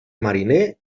mariner